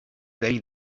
day